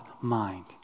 mind